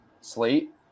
slate